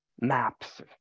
maps